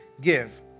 give